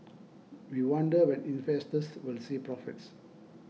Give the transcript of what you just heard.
we wonder when investors will see profits